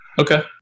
Okay